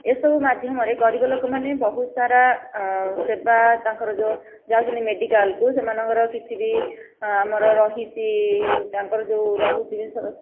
ଏସବୁ ମାଧ୍ୟମରେ ଗରିବ ଲୋକମାନେ ବହୁତ ସାରା ସେବା ତାଙ୍କର ଯେଉଁ ଯାଉଛନ୍ତି ମେଡ଼ିକାଲ କୁ ସେମାନଙ୍କର କିଛି ବି ଆମର ରହିଛି ତାଙ୍କର ଯେଉଁ ରହୁଛି